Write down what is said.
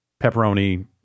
pepperoni